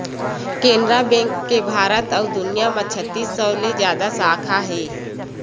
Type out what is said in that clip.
Canara bank के भारत अउ दुनिया म छत्तीस सौ ले जादा साखा हे